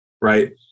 right